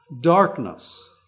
darkness